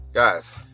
Guys